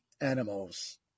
animals